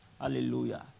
hallelujah